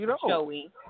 Joey